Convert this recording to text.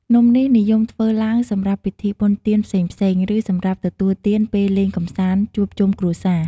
នំនេះនិយមធ្វើឡើងសម្រាប់ពិធីបុណ្យទានផ្សេងៗ ឬសម្រាប់ទទួលទានពេលលេងកម្សាន្តជួបជុំគ្រួសារ។